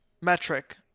metric